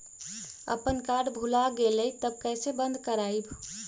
अपन कार्ड भुला गेलय तब कैसे बन्द कराइब?